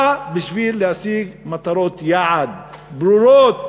בא בשביל להשיג מטרות יעד ברורות,